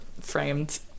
framed